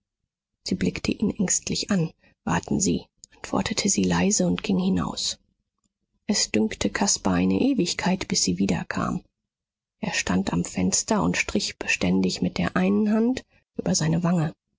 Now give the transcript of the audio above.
sie blickte ihn ängstlich an warten sie antwortete sie leise und ging hinaus es dünkte caspar eine ewigkeit bis sie wiederkam er stand am fenster und strich beständig mit der einen hand über seine wange